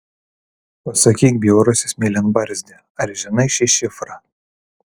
pasakyk bjaurusis mėlynbarzdi ar žinai šį šifrą